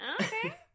Okay